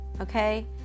okay